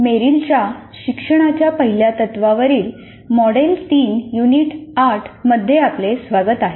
मेरिलच्या शिक्षणाच्या पहिल्या तत्त्वांवरील मॉडेल 3 युनिट 8 मध्ये आपले स्वागत आहे